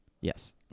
Yes